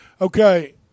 Okay